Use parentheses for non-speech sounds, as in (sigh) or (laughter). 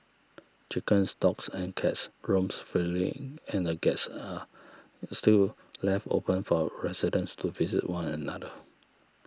chickens dogs and cats roams freely and the gates are still (noise) left open for residents to visit one another